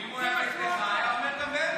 אם הוא היה נגדך, הוא היה אומר גם באמצע השנה.